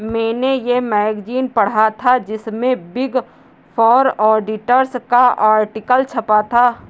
मेने ये मैगज़ीन पढ़ा था जिसमे बिग फॉर ऑडिटर्स का आर्टिकल छपा था